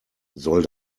soll